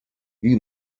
you